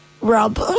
rub